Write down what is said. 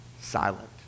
silent